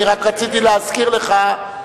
אני רק רציתי להזכיר לך,